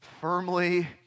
firmly